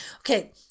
okay